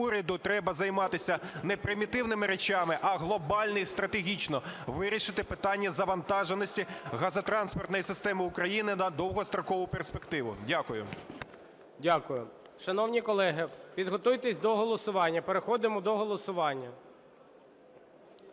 треба займатися не примітивними речами, а глобально і стратегічно вирішити питання завантаженості газотранспортної системи України на довгострокову перспективу. Дякую. ГОЛОВУЮЧИЙ. Дякую. Шановні колеги, підготуйтесь до голосування. Переходимо до голосування.